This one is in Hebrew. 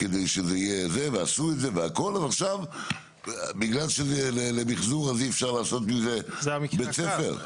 אז עכשיו בגלל שזה למיחזור אז אי אפשר לעשות מזה בית ספר?